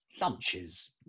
lunches